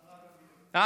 יש, השרה גמליאל.